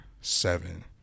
seven